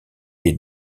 les